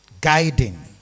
Guiding